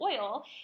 oil